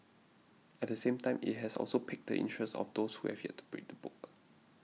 at the same time it has also piqued the interest of those who have yet to read the book